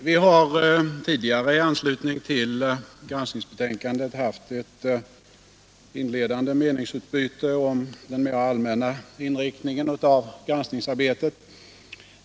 Vi har tidigare i anslutning till granskningsbetänkandet haft ett inledande meningsutbyte om den mera allmänna inriktningen av granskningsarbetet.